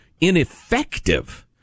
ineffective